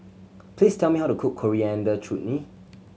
please tell me how to cook Coriander Chutney